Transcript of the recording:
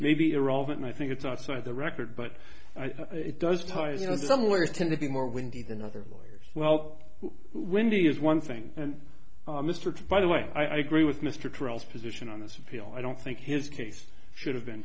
may be irrelevant i think it's outside the record but it does tie you know some layers tend to be more windy than other lawyers well windy is one thing and mr to by the way i agree with mr trills position on this appeal i don't think his case should have been